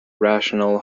rational